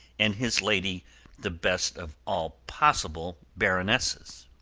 and his lady the best of all possible baronesses.